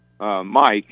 Mike